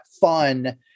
fun